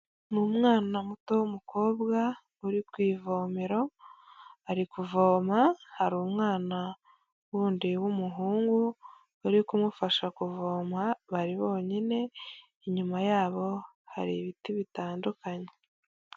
Ni umwana muto w'umukobwa uri ku ivomero, ari kuvoma, hari umwana wundi w'umuhungu uri kumufasha kuvoma, bari bonyine, inyuma yabo hari ibiti bitandukanye.